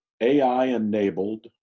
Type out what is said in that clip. AI-enabled